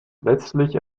letztlich